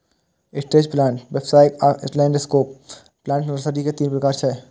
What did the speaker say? stretch plant, व्यावसायिक आ landscape plant nursery के तीन प्रकार छियै